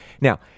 Now